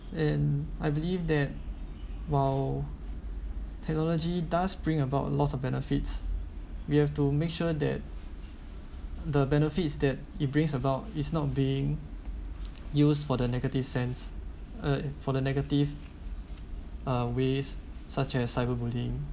and I believe that while technology does bring about lots of benefits we have to make sure that the benefits that it brings about is not being used for the negative sense uh for the negative uh ways such as cyberbullying